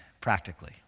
practically